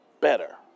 better